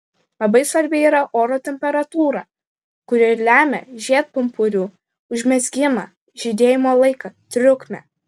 labai svarbi yra oro temperatūra kuri lemia žiedpumpurių užmezgimą žydėjimo laiką trukmę